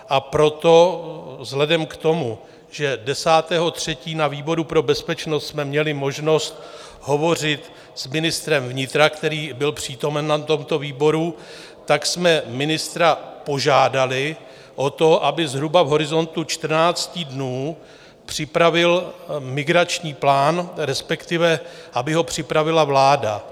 A proto vzhledem k tomu, že 10. 3. na výboru pro bezpečnost jsme měli možnost hovořit s ministrem vnitra, který byl přítomen na tomto výboru, jsme ministra požádali o to, aby zhruba v horizontu čtrnácti dnů připravil migrační plán, respektive aby ho připravila vláda.